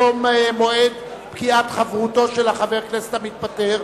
בתום מועד פקיעת חברותו של חבר הכנסת המתפטר.